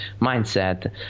mindset